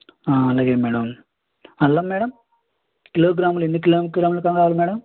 అలాగే మేడం అల్లం మేడం కిలోగ్రాములు ఎన్ని కిలోగ్రాములు కావాలి మేడం